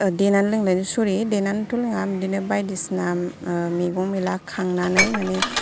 देनानै लोङो सरि देनानैथ' लोङा बिदिनो बायदिसिना मैगं मैला खांनानै माने